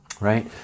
right